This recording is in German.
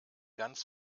ganz